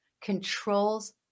controls